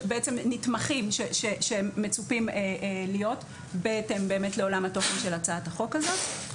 ותכנים נתמכים שמצופים להיות בהתאם באמת לעולם התוכן של הצעת החוק הזאת.